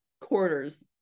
quarters